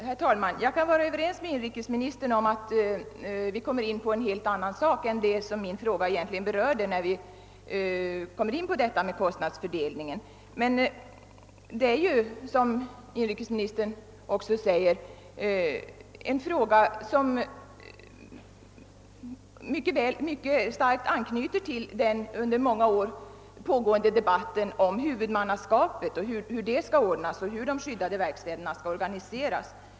Herr talman! Jag kan vara överens med inrikesministern om att detta med kostnadsfördelningen är en helt annan sak än det som min fråga egentligen berörde. Men det är ju, som inrikesministern också säger, en fråga som har en mycket stark anknytning till den under många år pågående debatten om hur huvudmannaskapet skall ordnas och hur de skyddade verkstäderna skall organiseras.